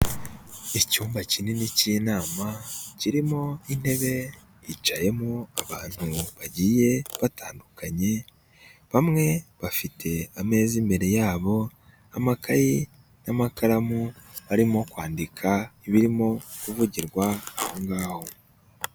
Icyumba kinini cy'inama, kirimo intebe hicayemo abantu bagiye batandukanye, bamwe bafite ameza imbere yabo, amakayi n'amakaramu, barimo kwandika ibirimo kuvugirwa aho ngaho.